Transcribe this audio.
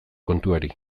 kontuari